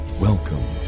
Welcome